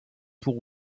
pour